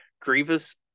grievous